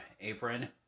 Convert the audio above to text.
apron